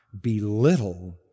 belittle